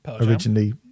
originally